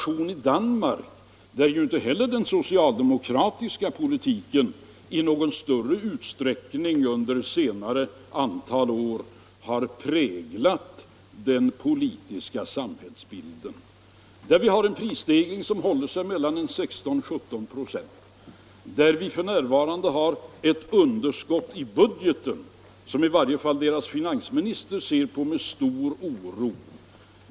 I Danmark, där ju under senare år den socialdemokratiska politiken inte i någon större utsträckning präglat den politiska samhällsbilden, har man en prisstegring som håller sig mellan 16 och 17 procent. Man har där för närvarande ett underskott i budgeten som i varje fall Danmarks finansminister ser på med stor oro.